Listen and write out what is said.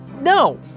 No